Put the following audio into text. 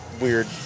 Weird